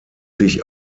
sich